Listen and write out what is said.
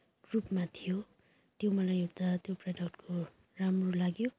रूपमा थियो त्यो मलाई एउटा त्यो प्रडक्टको राम्रो लाग्यो